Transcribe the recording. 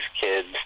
kids